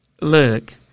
Look